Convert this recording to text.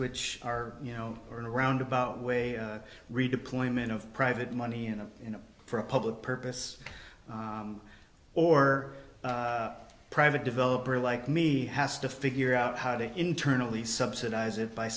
which are you know in a roundabout way a redeployment of private money and you know for a public purpose or private developer like me has to figure out how to internally subsidize it by